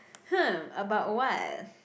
hmm about what